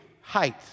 height